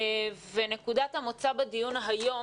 נקודת המוצא בדיון היום